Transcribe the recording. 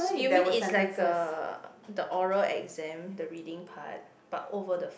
you mean is like a the oral exam the reading part but over the